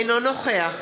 אינו נוכח